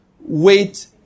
Wait